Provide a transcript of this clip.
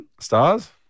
Stars